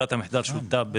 ברירת המחדל שונתה,